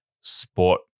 sport